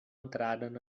entraren